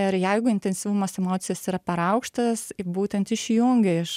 ir jeigu intensyvumas emocijos yra per aukštas būtent išjungia iš